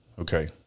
Okay